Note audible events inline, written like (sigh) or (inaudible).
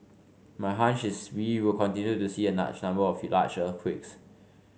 my hunch is we will continue to see a (unintelligible) number of (unintelligible) large earthquakes